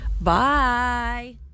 bye